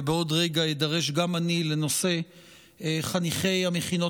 ובעוד רגע אידרש גם אני לנושא חניכי המכינות